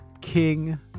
King